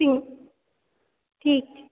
ठीक ठीक छै